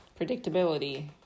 predictability